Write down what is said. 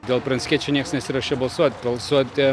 dėl pranckiečio nieks nesiruošia balsuot balsuoti